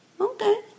Okay